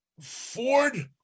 ford